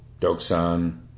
Doksan